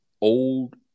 old